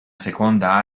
seconda